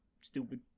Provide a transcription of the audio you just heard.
stupid